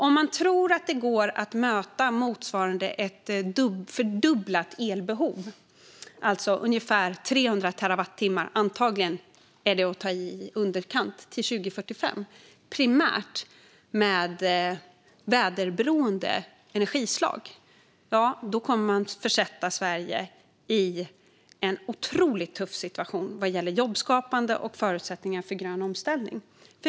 Om man tror att det går att möta motsvarande ett fördubblat elbehov, alltså ungefär 300 terawattimmar - antagligen är det i underkant - till 2045 primärt med väderberoende energislag, ja, då kommer man att försätta Sverige i en otroligt tuff situation vad gäller jobbskapande och förutsättningar för grön omställning.